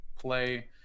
play